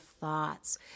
thoughts